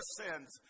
sins